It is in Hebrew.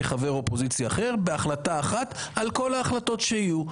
חבר אופוזיציה אחר בהחלטה אחת על כל ההחלטות שיהיו.